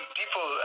people